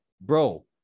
bro